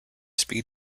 speed